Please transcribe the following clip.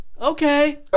okay